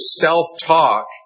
self-talk